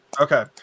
Okay